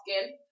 skin